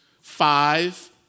five